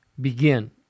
begin